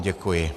Děkuji.